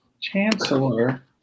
chancellor